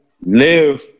Live